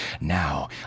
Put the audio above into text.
Now